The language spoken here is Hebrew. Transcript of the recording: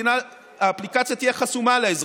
האפליקציה תהיה חסומה לאזרחים.